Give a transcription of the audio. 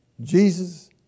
Jesus